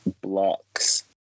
blocks